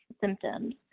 symptoms